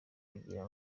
kugira